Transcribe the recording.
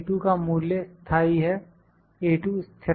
का मूल्य स्थाई है स्थिरांक